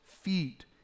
feet